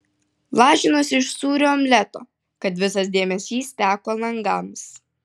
lažinuosi iš sūrio omleto kad visas dėmesys teko langams